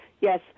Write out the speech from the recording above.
Yes